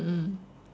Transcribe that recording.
mm mm